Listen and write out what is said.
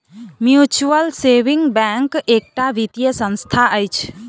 mutual saving bank एकटा वित्तीय संस्था अछि